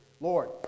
lord